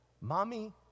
Mommy